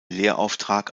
lehrauftrag